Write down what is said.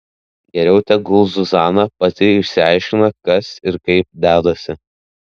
geriau tegul zuzana pati išsiaiškina kas ir kaip dedasi